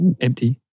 Empty